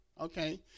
okay